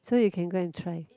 so you can go and try